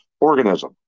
organism